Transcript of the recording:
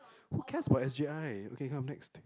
who cares about S_J_I okay come next